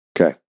Okay